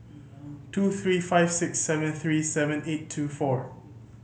two three five six seven three seven eight two four